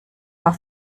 war